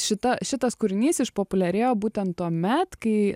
šita šitas kūrinys išpopuliarėjo būtent tuomet kai